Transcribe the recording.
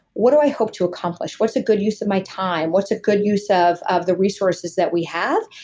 what do i hope to accomplish? what's a good use of my time? what's a good use of of the resources that we have?